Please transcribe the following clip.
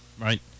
Right